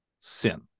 sin